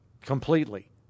completely